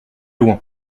loin